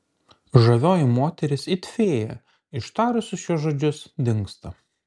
žavioji moteris it fėja ištarusi šiuos žodžius dingsta